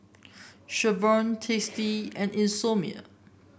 Revlon Tasty and Isomil